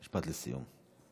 משפט לסיום.